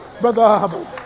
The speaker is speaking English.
Brother